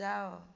ଯାଅ